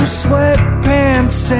sweatpants